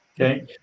okay